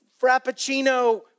frappuccino